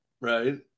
right